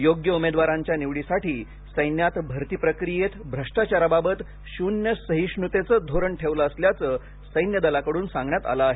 योग्य उमेदवारांच्या निवडीसाठी सैन्यात भरती प्रक्रियेत भ्रष्टाचाराबाबत शून्य सहिष्णुतेचं धोरण ठेवलं असल्याचं सैन्यदलाकडून सांगण्यात आलं आहे